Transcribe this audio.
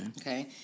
okay